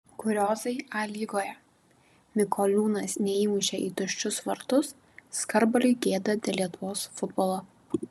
kuriozai a lygoje mikoliūnas neįmušė į tuščius vartus skarbaliui gėda dėl lietuvos futbolo